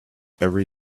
every